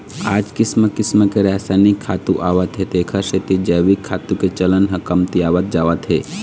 आज किसम किसम के रसायनिक खातू आवत हे तेखर सेती जइविक खातू के चलन ह कमतियावत जावत हे